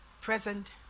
present